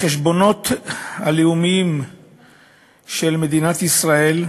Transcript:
החשבונות הלאומיים של מדינת ישראל,